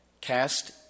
Cast